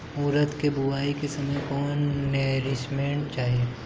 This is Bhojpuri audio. उरद के बुआई के समय कौन नौरिश्मेंट चाही?